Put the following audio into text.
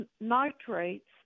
nitrates